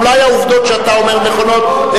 אולי העובדות שאתה אומר נכונות.